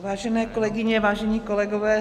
Vážené kolegyně, vážení kolegové.